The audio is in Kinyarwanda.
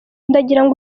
ndagirango